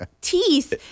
teeth